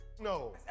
No